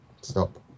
stop